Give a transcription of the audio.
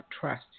trust